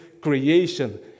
creation